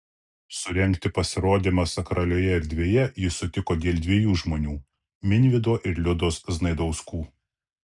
surengti pasirodymą sakralioje erdvėje jis sutiko dėl dviejų žmonių minvydo ir liudos znaidauskų